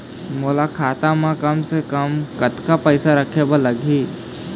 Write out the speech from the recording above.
मोला खाता म कम से कम कतेक पैसा रखे बर लगही?